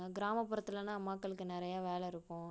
கிராமப்புறத்திலன்னா அம்மாக்களுக்கு நிறையா வேலை இருக்கும்